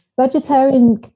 Vegetarian